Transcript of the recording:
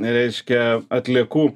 reiškia atliekų